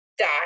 die